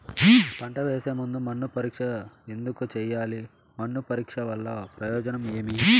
పంట వేసే ముందు మన్ను పరీక్ష ఎందుకు చేయాలి? మన్ను పరీక్ష వల్ల ప్రయోజనం ఏమి?